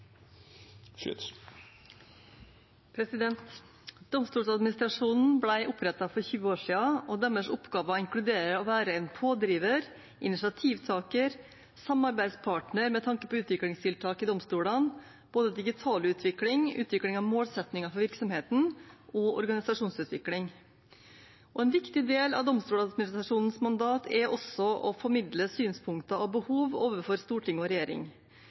for 20 år siden, og deres oppgave er å inkludere og være en pådriver, initiativtaker og samarbeidspartner med tanke på utviklingstiltak i domstolene, både digital utvikling, utvikling av målsettinger for virksomheten og organisasjonsutvikling. En viktig del av Domstoladministrasjonens mandat er også å formidle synspunkter og behov overfor storting og regjering.